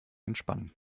entspannen